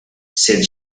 said